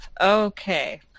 Okay